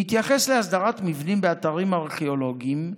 בהתייחס להסדרת מבנים באתרים ארכיאולוגיים,